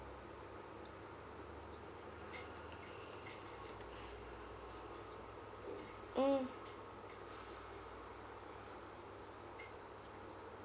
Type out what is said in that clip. mm